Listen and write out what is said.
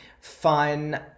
fun